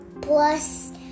plus